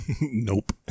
Nope